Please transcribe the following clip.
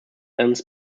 end